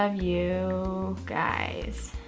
um you guys,